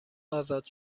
ازاد